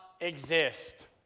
exist